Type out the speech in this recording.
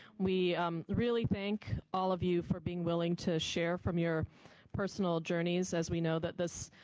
we um really thank all of you for being willing to share from your personal journeys as we know that this